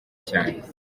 cyane